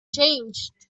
changed